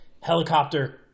helicopter